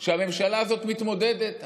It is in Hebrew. דרך שהממשלה הזאת מתמודדת.